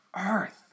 earth